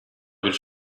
bir